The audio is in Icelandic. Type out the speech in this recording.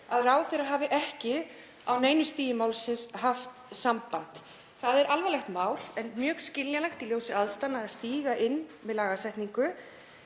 að ráðherra hafi ekki á neinu stigi málsins haft samband. Það er alvarlegt mál en mjög skiljanlegt í ljósi aðstæðna að stíga inn með lagasetningu.